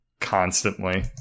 constantly